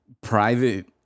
private